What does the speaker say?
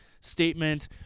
statement